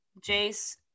jace